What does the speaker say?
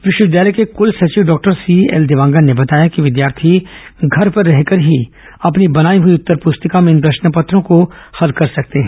विश्वविद्यालय के कृलसचिव डॉक्टर सीएल देवांगन ने बताया कि विद्यार्थी घर पर रहकर ही अपनी बनाई हई उत्तर प्रस्तिका में इन प्रश्न पत्रों को हल कर सकते हैं